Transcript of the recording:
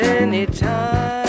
Anytime